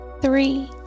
three